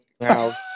house